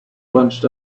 bunched